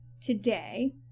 today